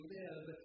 live